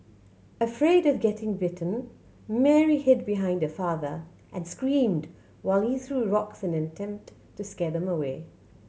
afraid of getting bitten Mary hid behind her father and screamed while he threw rocks in an attempt to scare them away